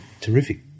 terrific